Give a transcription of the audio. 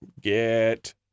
get